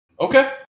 Okay